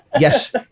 Yes